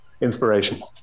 inspiration